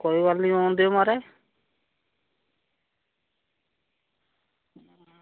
कोई गल्ल निं औन देओ म्हाराज